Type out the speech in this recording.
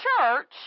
church